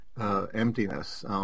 emptiness